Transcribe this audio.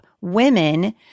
women